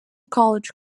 college